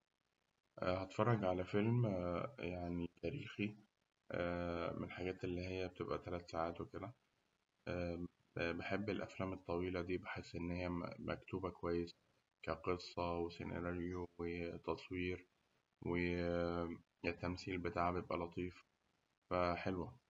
هأتفرج على فيلم تاريخي، من الحاجات اللي هي بتبقى تلات ساعات وكده، بحب الأفلام الطويلة دي بحس إن هي مكتوبة كويس كقصة وسيناريو وتصوير، والتمثيل بتاعها بيبقى لطيف فحلوة.